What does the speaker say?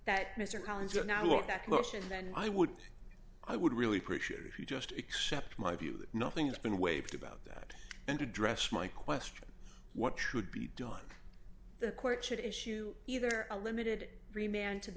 that motion then i would i would really appreciate if you just accept my view that nothing's been waived about that and address my question what should be done the court should issue either a limited free man to the